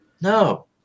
No